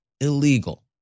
illegal